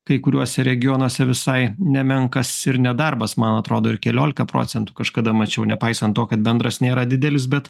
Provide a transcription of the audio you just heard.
kai kuriuose regionuose visai nemenkas ir nedarbas man atrodo ir keliolika procentų kažkada mačiau nepaisant to kad bendras nėra didelis bet